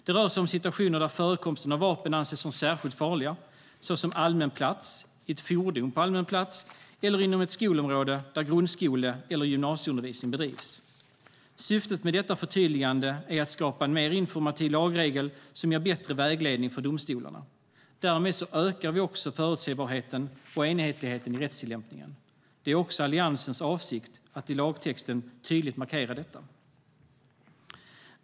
Det rör sig om situationer där vapen anses särskilt farliga, såsom allmän plats, i ett fordon på allmän plats och inom ett skolområde där grundskole eller gymnasieundervisning bedrivs. Syftet med detta förtydligande är att skapa en mer informativ lagregel som ger bättre vägledning för domstolarna. Därmed ökar vi också förutsebarheten och enhetligheten i rättstillämpningen. Det är Alliansens avsikt att i lagtexten tydligt markera detta.